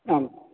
आम्